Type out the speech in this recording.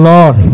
Lord